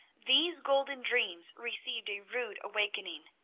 these golden dreams received a rude awakening.